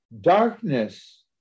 darkness